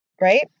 right